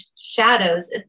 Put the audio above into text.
shadows